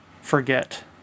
forget